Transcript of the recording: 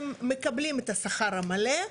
הם מקבלים את השכר המלא,